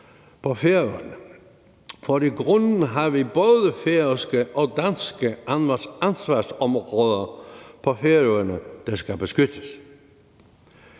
på Færøerne? For i grunden har vi både færøske og danske ansvarsområder på Færøerne, der skal beskyttes.